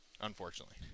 unfortunately